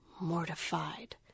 Mortified